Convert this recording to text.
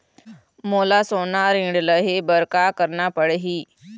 मोला सोना ऋण लहे बर का करना पड़ही?